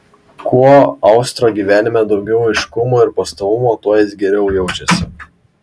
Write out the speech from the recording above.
kuo austro gyvenime daugiau aiškumo ir pastovumo tuo jis geriau jaučiasi